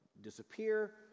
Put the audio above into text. disappear